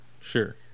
sure